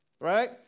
Right